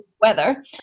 weather